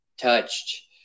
touched